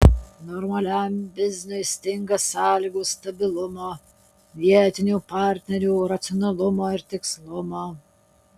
normaliam bizniui stinga sąlygų stabilumo vietinių partnerių racionalumo ir tikslumo